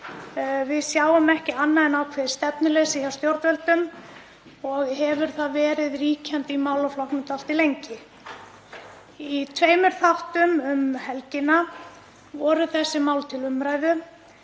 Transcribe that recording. Við sjáum ekki annað en ákveðið stefnuleysi hjá stjórnvöldum og hefur það verið ríkjandi í málaflokknum dálítið lengi. Í tveimur þáttum um helgina voru þessi mál til umræðu.